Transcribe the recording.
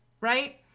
Right